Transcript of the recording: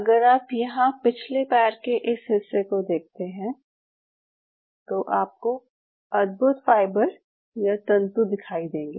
अगर आप यहाँ पिछले पैर के इस हिस्से को देखते हैं तो आपको अद्भुत फाइबर या तंतु दिखाई देंगे